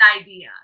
idea